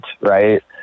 right